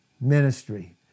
ministry